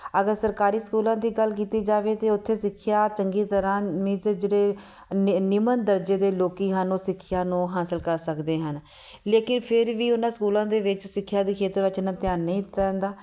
ਅਗਰ ਸਰਕਾਰੀ ਸਕੂਲਾਂ ਦੀ ਗੱਲ ਕੀਤੀ ਜਾਵੇ ਤਾਂ ਉੱਥੇ ਸਿੱਖਿਆ ਚੰਗੀ ਤਰ੍ਹਾਂ ਮੀਨਸ ਜਿਹੜੇ ਨਿਮਨ ਦਰਜੇ ਦੇ ਲੋਕ ਹਨ ਉਹ ਸਿੱਖਿਆ ਨੂੰ ਹਾਸਿਲ ਕਰ ਸਕਦੇ ਹਨ ਲੇਕਿਨ ਫਿਰ ਵੀ ਉਹਨਾਂ ਸਕੂਲਾਂ ਦੇ ਵਿੱਚ ਸਿੱਖਿਆ ਦੇ ਖੇਤਰ ਵਿੱਚ ਇੰਨਾ ਧਿਆਨ ਨਹੀਂ ਦਿੱਤਾ ਜਾਂਦਾ